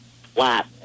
flat